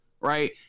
right